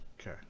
Okay